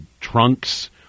trunks